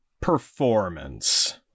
performance